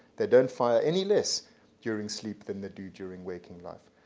they don't fire any less during sleep than they do during waking life.